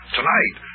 Tonight